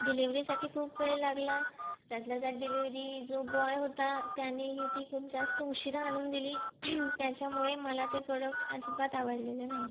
डिलिव्हरीसाठी खूप वेळ लागला त्यातल्यात्यात डिलिव्हरी जो बॉय होता त्यानेही ती खूप जास्त उशिरा आणून दिली त्याच्यामुळे मला ते प्रोडक्ट अजिबात आवडलेलं नाही